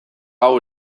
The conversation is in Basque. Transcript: hau